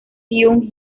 hyun